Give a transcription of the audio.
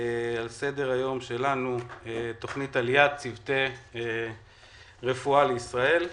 על סדר-היום שלנו: תוכנית עליית צוותי רפואה לישראל.